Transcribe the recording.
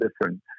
different